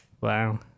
Wow